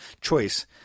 choice